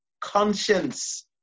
Conscience